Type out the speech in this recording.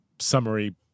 summary